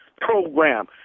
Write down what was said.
program